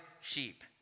sheep